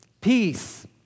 Peace